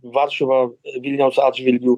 varšuva vilniaus atžvilgiu